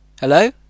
Hello